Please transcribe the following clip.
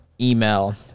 email